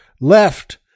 left